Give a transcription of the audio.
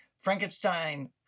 Frankenstein